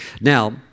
Now